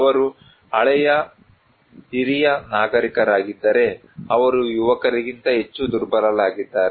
ಅವರು ಹಳೆಯ ಹಿರಿಯ ನಾಗರಿಕರಾಗಿದ್ದರೆ ಅವರು ಯುವಕರಿಗಿಂತ ಹೆಚ್ಚು ದುರ್ಬಲರಾಗಿದ್ದಾರೆ